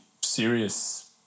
serious